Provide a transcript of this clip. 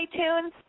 iTunes